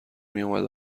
میومد